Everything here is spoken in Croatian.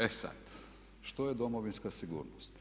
E sad što je domovinska sigurnost?